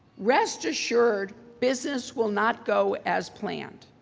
rest assured, business will not go as planned.